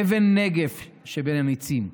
אבן נגף שבין הניצים,